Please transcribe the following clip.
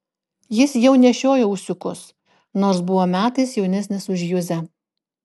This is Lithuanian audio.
jis jau nešiojo ūsiukus nors buvo metais jaunesnis už juzę